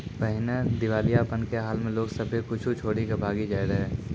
पहिने दिबालियापन के हाल मे लोग सभ्भे कुछो छोरी के भागी जाय रहै